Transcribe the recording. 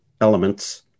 elements